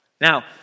Now